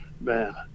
Man